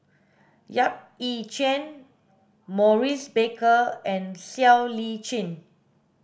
Yap Ee Chian Maurice Baker and Siow Lee Chin